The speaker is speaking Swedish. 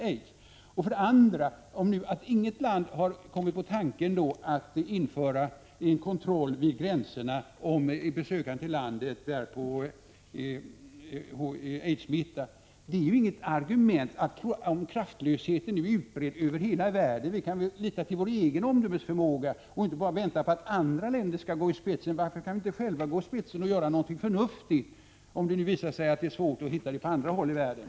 För det andra vill jag säga att det förhållandet att inget annat land kommit på tanken att införa kontroll vid gränserna av om personer som kommer till landet är aidssmittade inte är något argument för att vi inte skall göra det. Om kraftlösheten är utbredd över hela världen, kan vi väl ändå lita till vår egen omdömesförmåga och inte vänta på att andra länder skall gå i spetsen. Varför kan vi inte själva gå i spetsen och göra någonting förnuftigt, när det nu visar sig att det inte görs någonting på andra håll i världen?